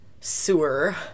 sewer